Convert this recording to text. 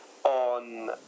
on